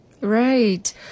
Right